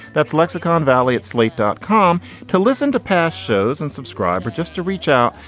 that's lexicon valley at slate dot com to listen to past shows and subscribe or just to reach out,